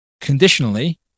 conditionally